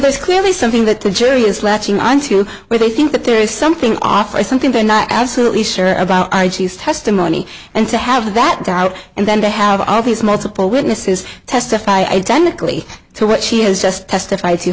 there's clearly something that the jury is latching on to where they think that there is something off by something they're not absolutely sure about she is testimony and to have that doubt and then to have all these multiple witnesses testify identically to what she has just testif